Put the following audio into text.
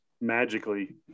magically